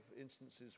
instances